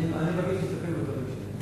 אני מבקש להסתפק בדברים שלי.